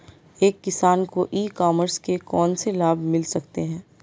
एक किसान को ई कॉमर्स के कौनसे लाभ मिल सकते हैं?